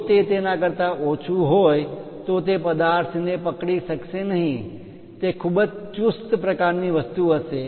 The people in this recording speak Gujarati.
જો તે તેના કરતા ઓછું હોય તો તે પદાર્થ ને પકડી શકશે નહીં તે ખૂબ જ ચુસ્ત પ્રકારની વસ્તુ હશે